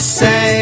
say